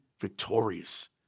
victorious